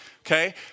okay